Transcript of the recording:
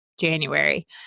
January